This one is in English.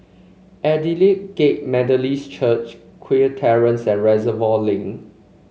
Aldersgate Methodist Church Kew Terrace and Reservoir Link